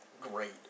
great